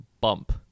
bump